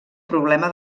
problema